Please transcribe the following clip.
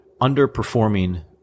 underperforming